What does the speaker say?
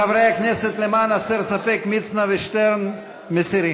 חברי הכנסת, למען הסר ספק, מצנע ושטרן מסירים.